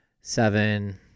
seven